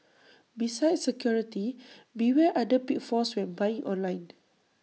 besides security beware other pitfalls when buying online